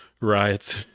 riots